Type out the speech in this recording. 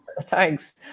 Thanks